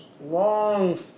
long